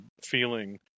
feeling